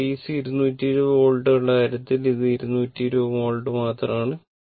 അതിനാൽ ഡിസി 220 വോൾട്ടുകളുടെ കാര്യത്തിൽ ഇത് 220 വോൾട്ട് മാത്രമാണ്